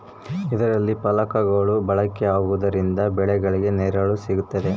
ಇದರಲ್ಲಿ ಫಲಕಗಳು ಬಳಕೆ ಆಗುವುದರಿಂದ ಬೆಳೆಗಳಿಗೆ ನೆರಳು ಸಿಗುತ್ತದೆ